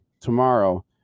tomorrow